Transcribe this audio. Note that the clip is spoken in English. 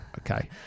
okay